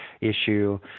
issue